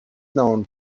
known